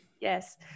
Yes